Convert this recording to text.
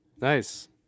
nice